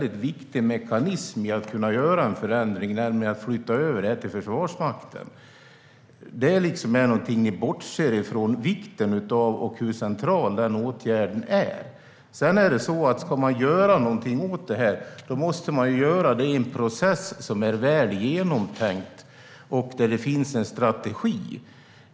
Den är en viktig mekanism för att kunna göra en förändring, nämligen flytta över det hela till Försvarsmakten. Om man ska göra något åt detta måste man göra det i en process som är väl genomtänkt och där det finns en strategi.